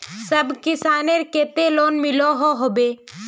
सब किसानेर केते लोन मिलोहो होबे?